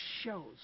shows